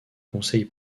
conseil